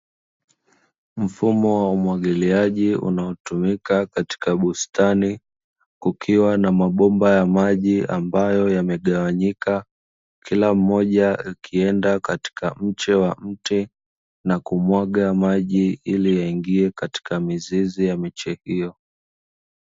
Mfumo wa umwagiliaji unaotumika katika bustani, kukiwa na mabomba ya maji ambayo yamegawanyika, kila moja likienda katika mche wa mti na kumwaga maji ili yaingie katika mizizi ya miche hiyo.